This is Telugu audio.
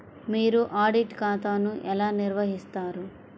మీరు ఆడిట్ ఖాతాను ఎలా నిర్వహిస్తారు?